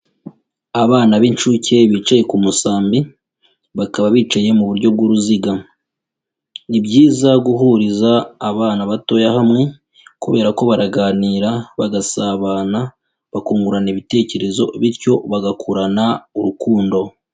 Abana b'inshuke bicaye ku musambi bakaba bicaye mu buryo bw'uruziga, ni byiza guhuriza abana batoya hamwe kubera ko baraganira, bagasabana, bakungurana ibitekerezo bityo bagakurana urukundo.